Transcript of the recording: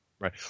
Right